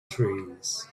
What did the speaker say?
trees